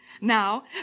Now